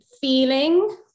feeling